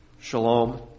Shalom